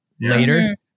later